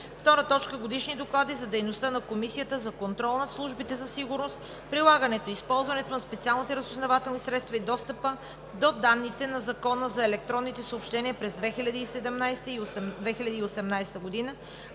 2019 г. 2. Годишни доклади за дейността на Комисията за контрол над службите за сигурност, прилагането и използването на специалните разузнавателни средства и достъпа до данните на Закона за електронните съобщения през 2017 и 2018 г.